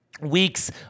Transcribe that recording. weeks